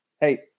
Hey